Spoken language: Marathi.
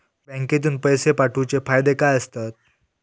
बँकेतून पैशे पाठवूचे फायदे काय असतत?